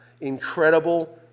incredible